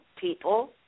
people